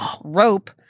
rope